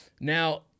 Now